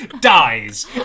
dies